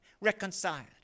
reconciled